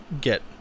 get